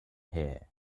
hare